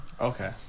Okay